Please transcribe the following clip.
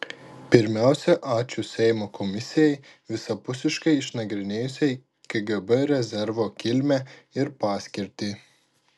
pirmiausia ačiū seimo komisijai visapusiškai išnagrinėjusiai kgb rezervo kilmę ir paskirtį